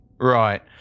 right